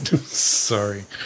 Sorry